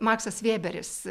maksas vėberis